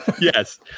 Yes